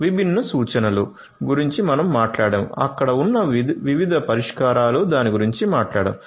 విభిన్న సూచనలు గురించి మనం మాట్లాడాము అక్కడ ఉన్న వివిధ పరిష్కారాలు దాని గురించి మాట్లాడాము